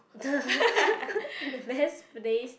the best place